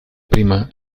prima